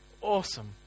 Awesome